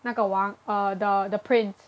那个王 uh the the prince